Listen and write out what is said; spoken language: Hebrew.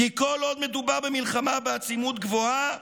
כי כל עוד מדובר "במלחמה בעצימות גבוהה,